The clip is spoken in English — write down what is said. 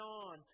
on